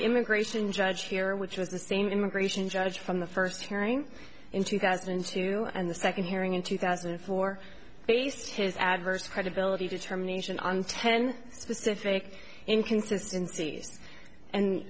immigration judge here which was the same immigration judge from the first hearing in two thousand and two and the second hearing in two thousand and four based his adverse credibility determination on ten specific inconsistency and